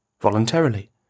voluntarily